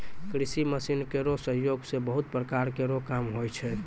कृषि मसीन केरो सहयोग सें बहुत प्रकार केरो काम होय छै